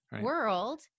world